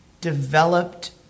developed